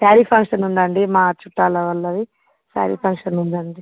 sorry function ఉందండి మా చుట్టాల వాళ్ళది సారీ ఫంక్షన్ ఉందండి